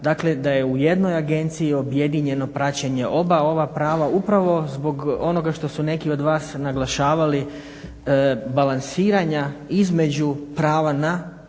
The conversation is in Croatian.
Dakle, da je u jednoj agenciji objedinjeno praćenje oba ova prava upravo zbog onoga što su neki od vas naglašavali balansiranja između prava na informaciju,